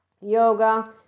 yoga